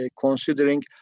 considering